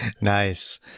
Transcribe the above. nice